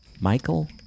Michael